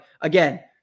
Again